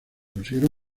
considera